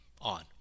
on